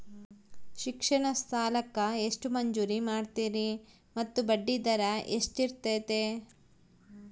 ಶಿಕ್ಷಣ ಸಾಲಕ್ಕೆ ಎಷ್ಟು ಮಂಜೂರು ಮಾಡ್ತೇರಿ ಮತ್ತು ಬಡ್ಡಿದರ ಎಷ್ಟಿರ್ತೈತೆ?